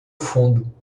fundo